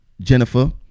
Jennifer